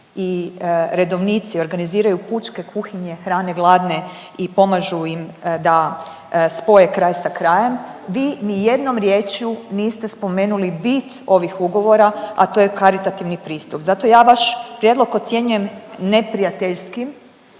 i redovnici organiziraju pučke kuhinje, hrane gladne i pomažu im da spoje kraj sa krajem, vi nijednom riječju niste spomenuli bit ovih ugovora, a to je karitativni pristup. Zato ja vaš prijedlog ocjenjujem neprijateljskim,